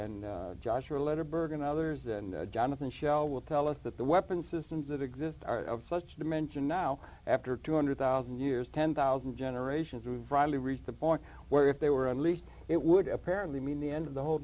and joshua letter berg and others and jonathan shell will tell us that the weapons systems that exist are of such dimension now after two hundred thousand years ten thousand generations of riley reached the point where if they were unleashed it would apparently mean the end of the whole